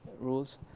rules